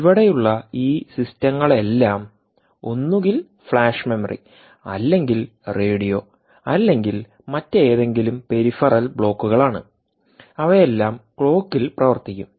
ഇവിടെയുള്ള ഈ സിസ്റ്റങ്ങളെല്ലാം ഒന്നുകിൽ ഫ്ലാഷ് മെമ്മറി അല്ലെങ്കിൽ റേഡിയോഅല്ലെങ്കിൽ മറ്റേതെങ്കിലും പെരിഫറൽ ബ്ലോക്കുകളാണ് അവയെല്ലാം ക്ലോക്കിൽ പ്രവർത്തിക്കും